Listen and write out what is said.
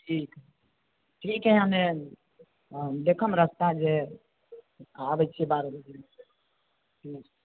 ठीक है ठीक है हमे देखब रास्ता जे आबैत छियै बारह बजेमे ठीक हय